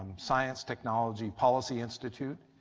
science technology policy institute.